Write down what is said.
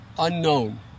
unknown